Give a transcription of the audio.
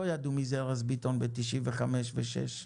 לא ידעו מי זה ארז ביטון ב-95' ו-96'.